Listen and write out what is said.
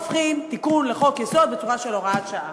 עושים תיקון לחוק-יסוד בצורה של הוראת שעה.